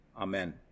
Amen